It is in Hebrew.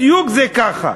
בדיוק זה ככה.